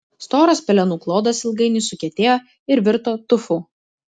storas pelenų klodas ilgainiui sukietėjo ir virto tufu